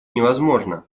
невозможно